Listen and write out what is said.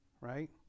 right